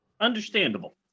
Understandable